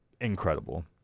incredible